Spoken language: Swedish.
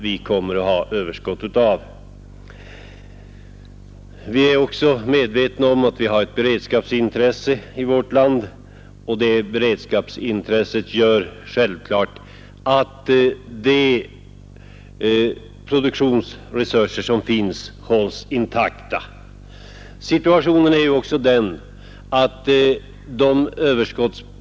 Vi är också medvetna om att vi har ett beredskapsintresse i landet, vilket gör att de produktionsresurser som finns skall hållas intakta.